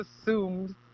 assumed